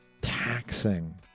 taxing